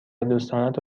دوستانتو